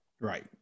right